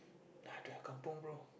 I don't have Kampung bro